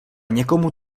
někomu